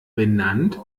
benannt